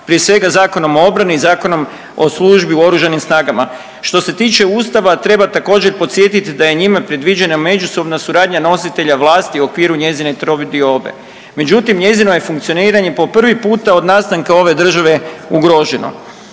prije svega Zakonom o obrani i Zakonom o službi u Oružanim snagama. Što se tiče Ustava treba također podsjetiti da je njime predviđena međusobna suradnja nositelja vlasti u okviru njezine trodiobe, međutim njezino je funkcioniranje po prvi puta od nastanka ove države ugroženo.